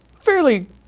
fairly